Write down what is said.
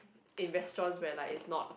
in restaurants where like it's not